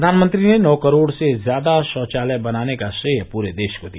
प्रधानमंत्री ने नौ करोड़ से ज्यादा शौचालय बनाने का श्रेय पूरे देश को दिया